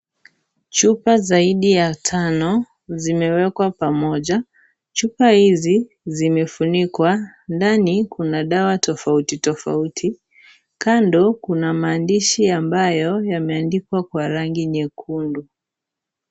Chupa zaidi ya tano zimewekwa pamoja. Chupa hizi zimefunikwa. Ndani kuna dawa tofautitofauti. Kando kuna maandishi ambayo yameandikwa kwa rangi nyekundu.